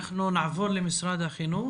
אנחנו נעבור למשרד החינוך.